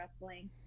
wrestling